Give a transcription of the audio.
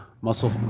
muscle